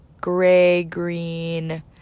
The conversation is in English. gray-green